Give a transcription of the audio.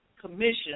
commission